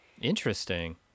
Interesting